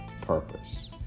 purpose